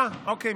אוקיי.